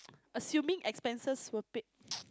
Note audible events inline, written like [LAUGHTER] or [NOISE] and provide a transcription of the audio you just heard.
assuming expenses were paid [NOISE]